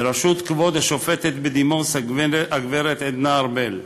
בראשות כבוד השופטת בדימוס הגברת עדנה ארבל.